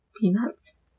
Peanuts